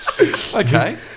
Okay